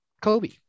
Kobe